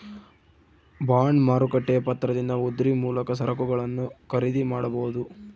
bond ಮಾರುಕಟ್ಟೆಯ ಪತ್ರದಿಂದ ಉದ್ರಿ ಮೂಲಕ ಸರಕುಗಳನ್ನು ಖರೀದಿ ಮಾಡಬೊದು